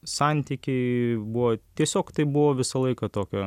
santykiai buvo tiesiog tai buvo visą laiką tokio